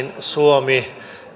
suomi